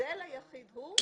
ההבדל היחיד הוא,